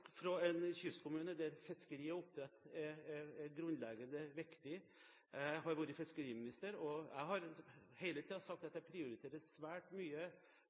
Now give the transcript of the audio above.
fra en kystkommune der fiskeri og oppdrett er grunnleggende viktig. Jeg har vært fiskeriminister og jeg har hele tiden sagt at jeg prioriterer fiskerinæringen svært